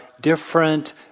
different